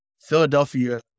Philadelphia